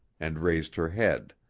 and raised her head.